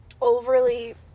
overly